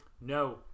no